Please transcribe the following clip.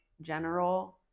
general